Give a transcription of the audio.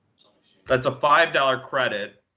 that's a five dollars credit.